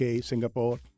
Singapore